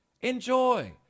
Enjoy